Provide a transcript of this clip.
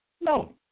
No